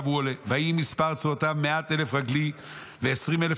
ויהי מספר צבאותיו מאת אלף רגלי ועשרים אלף